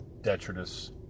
detritus